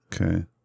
Okay